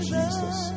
Jesus